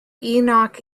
enoch